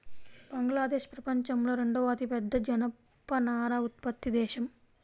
బంగ్లాదేశ్ ప్రపంచంలో రెండవ అతిపెద్ద జనపనార ఉత్పత్తి దేశం